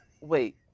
Wait